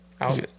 out